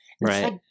right